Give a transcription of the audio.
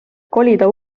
kolida